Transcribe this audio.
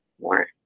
more